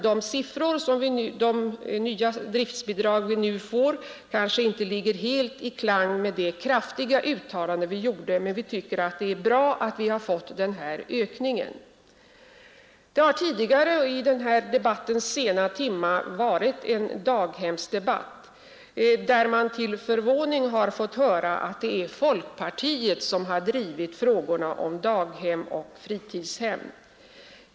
De nya driftbidrag vi nu får står kanske inte helt i samklang med det kraftiga uttalande vi gjorde, men vi tycker att det är bra att vi har fått den här ökningen. Det har tidigare, i den här debattens sena timmar, varit en daghemsdiskussion, där man till sin förvåning har fått höra att det är folkpartiet som har drivit frågorna om daghem och fritidshem.